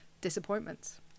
disappointments